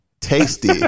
Tasty